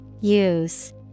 Use